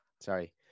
Sorry